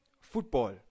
Football